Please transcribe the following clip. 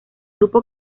grupo